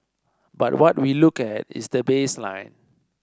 but what we look at is the baseline